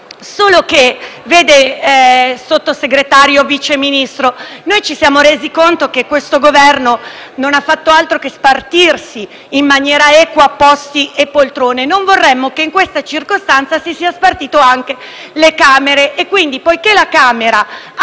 Solo che noi ci siamo resi conto che questo Governo non ha fatto altro che spartirsi in maniera equa posti e poltrone. Non vorremmo che in questa circostanza si sia spartito anche le Camere, e quindi, poiché la Camera ha